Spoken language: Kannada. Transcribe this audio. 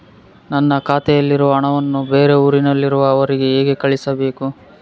ನನ್ನ ಖಾತೆಯಲ್ಲಿರುವ ಹಣವನ್ನು ಬೇರೆ ಊರಿನಲ್ಲಿರುವ ಅವರಿಗೆ ಹೇಗೆ ಕಳಿಸಬೇಕು?